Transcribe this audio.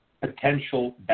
Potential